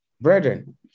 Brethren